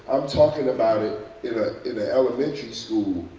i'm talking about it it ah in a elementary school